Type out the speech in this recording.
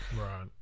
Right